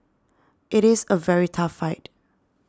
it is a very tough fight